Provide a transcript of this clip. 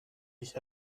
dich